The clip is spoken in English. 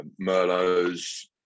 Merlots